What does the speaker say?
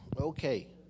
Okay